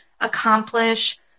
accomplish